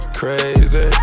crazy